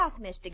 Mr